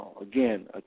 again